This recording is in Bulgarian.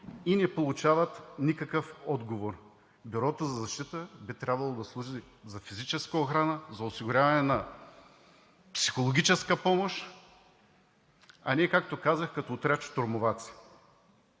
и не получават никакъв отговор. Бюрото за защита би трябвало да служи за физическа охрана, за осигуряване на психологическа помощ, а не, както казах, като отряд щурмоваци.